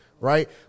right